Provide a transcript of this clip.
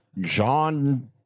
John